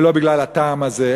ולא בגלל הטעם הזה,